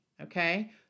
Okay